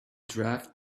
draft